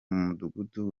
mudugudu